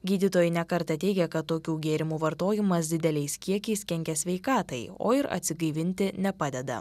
gydytojai ne kartą teigė kad tokių gėrimų vartojimas dideliais kiekiais kenkia sveikatai o ir atsigaivinti nepadeda